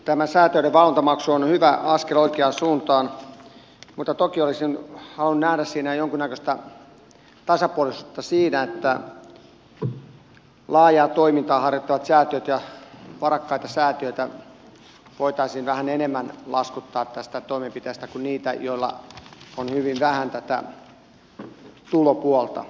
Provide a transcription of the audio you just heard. tämä säätiöiden valvontamaksu on hyvä askel oikeaan suuntaan mutta toki olisin halunnut nähdä jonkunnäköistä tasapuolisuutta siinä että laajaa toimintaa harjoittavia säätiöitä ja varakkaita säätiöitä voitaisiin vähän enemmän laskuttaa tästä toimenpiteestä kuin niitä joilla on hyvin vähän tätä tulopuolta